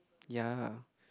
ya